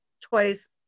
twice